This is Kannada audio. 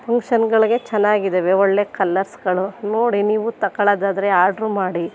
ಫಂಕ್ಷನ್ಗಳಿಗೆ ಚೆನ್ನಾಗಿದ್ದವೆ ಒಳ್ಳೆ ಕಲ್ಲರ್ಸ್ಗಳು ನೋಡಿ ನೀವು ತಗೊಳ್ಳೋದಾದ್ರೆ ಆರ್ಡ್ರ್ ಮಾಡಿ